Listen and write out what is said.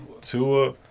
Tua